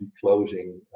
closing